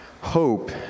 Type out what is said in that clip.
hope